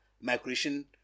migration